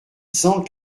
cent